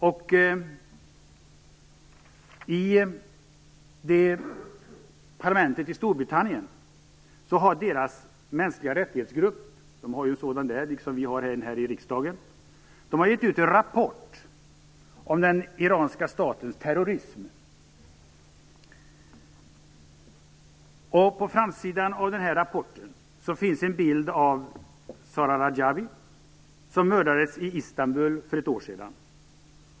I Storbritanniens parlament finns en grupp för mänskliga rättigheter, liksom vi har en här i riksdagen. Den gruppen har gett ut en rapport om den iranska statens terrorism. På framsidan av rapporten finns en bild av Zahra Rajabi, som mördades i Istanbul för ett år sedan.